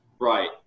Right